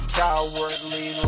cowardly